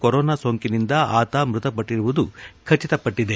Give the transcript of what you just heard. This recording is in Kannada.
ಕೊರೋನಾ ಸೋಂಕಿನಿಂದ ಆತ ಮೃತಪಟ್ಟರುವುದು ಖಚಿತಪಟ್ಟದೆ